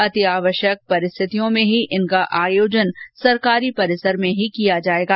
अति आवश्यक परिस्थितियों में इनका आयोजन सरकारी परिसर में ही किया जा सकेगा